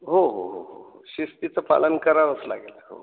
हो हो हो हो शिस्तीचं पालन करावंच लागेल हो